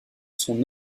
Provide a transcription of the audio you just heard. son